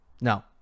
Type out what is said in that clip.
no